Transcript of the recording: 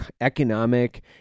economic